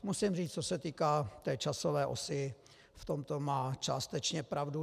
Musím říct, co se týká časové osy, v tomto má částečně pravdu.